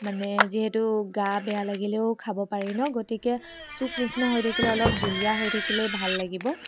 মানে যিহেতু গা বেয়া লাগিলেও খাব পাৰি ন গতিকে চুপ নিচিনা হৈ থাকিলে অলপ জুলীয়া হৈ থাকিলেই ভাল লাগিব